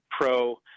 pro